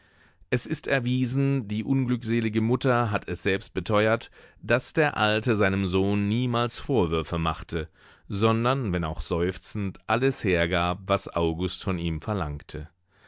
es ist erwiesen die unglückselige mutter hat es selbst beteuert daß der alte seinem sohn niemals vorwürfe machte sondern wenn auch seufzend alles hergab was august von ihm verlangte